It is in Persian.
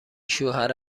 شوهر